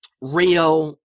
real